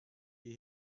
geh